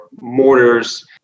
mortars